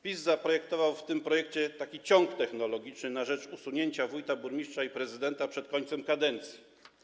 PiS zaprojektował w tym projekcie taki ciąg technologiczny na rzecz usunięcia wójta, burmistrza i prezydenta przed końcem kadencji.